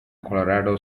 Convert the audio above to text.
colorado